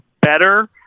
better